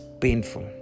painful